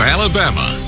Alabama